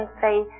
say